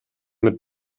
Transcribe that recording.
mit